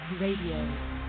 Radio